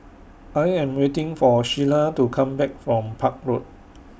I Am waiting For Sheila to Come Back from Park Road